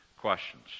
questions